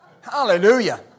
Hallelujah